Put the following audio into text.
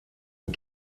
and